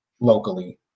locally